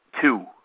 two